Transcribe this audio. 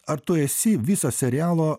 ar tu esi viso serialo